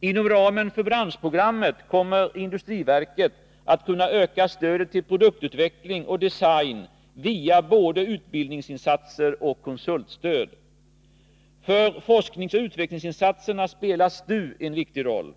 Inom ramen för branschprogrammet kommer industriverket att kunna öka stödet till produktutveckling och design via både utbildningsinsatser och konsultstöd. För forskningsoch utvecklingsinsatserna spelar STU en viktig roll.